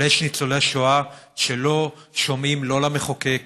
אבל יש ניצולי שואה שלא שומעים לא למחוקק,